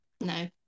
No